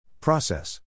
Process